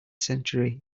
century